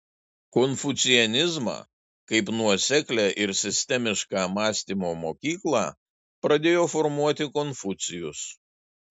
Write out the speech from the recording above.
konfucianizmą kaip nuoseklią ir sistemišką mąstymo mokyklą pradėjo formuoti konfucijus